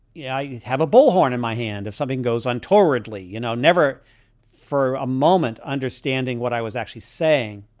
yeah, you have a bullhorn in my hand. if something goes on, tom ridley, you know, never for a moment understanding what i was actually saying